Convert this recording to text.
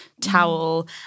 towel